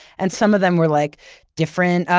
and some of them were like different,